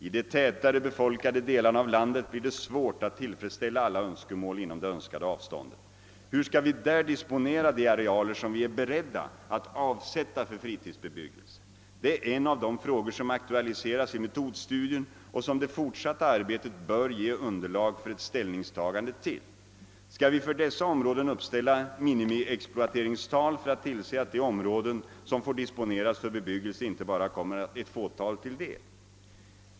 I de tätare befolkade delarna av landet blir det svårt att tillfredsställa alla önskemål inom det önskade avståndet. Hur skall vi där disponera de arealer som vi är beredda att avsätta för fritidsbebyggelse? Det är en av de frågor, som aktualiseras i metodstudien och som det fortsatta arbetet bör ge underlag för ett ställningstagande till. Skall vi för dessa områden <uppställa minimiexploateringstal för att tillse att de områden, som får disponeras för bebyggelse, inte bara kommer ett fåtal till del?